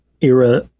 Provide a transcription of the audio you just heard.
era